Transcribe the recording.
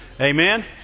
Amen